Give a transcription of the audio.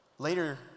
Later